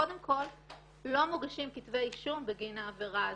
קודם כל, לא מוגשים כתבי אישום בגין העבירה הזאת.